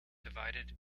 divided